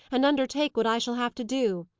and undertake what i shall have to do.